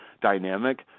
dynamic